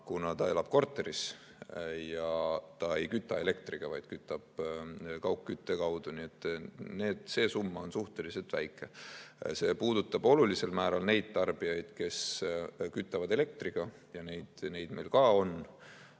kuna ta elab korteris ja ta ei küta elektriga, vaid kütab kaugkütte kaudu, nii et see summa on suhteliselt väike. See puudutab olulisel määral neid tarbijaid, kes kütavad elektriga, ja neid meil ka on.